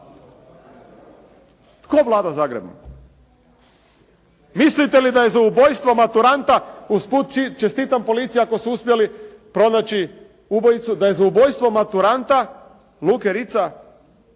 Tko vlada Zagrebom? Mislite da je za ubojstvo maturanta usput čestitam policiji ako su uspjeli pronaći ubojicu, da je za ubojstvo maturanta Luke Ritza,